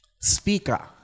Speaker